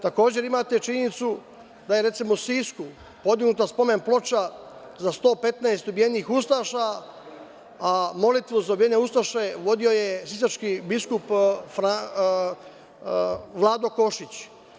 Takođe, imate činjenicu da je u Sisku podignuta spomen ploča za 115 ubijenih ustaša, a molitvu za ubijene ustaše vodio je sisački biskup Vlado Košić.